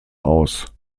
aus